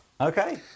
Okay